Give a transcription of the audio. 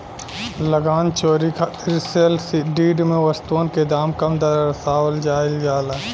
लगान चोरी खातिर सेल डीड में वस्तुअन के दाम कम दरसावल जाइल जाला